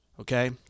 Okay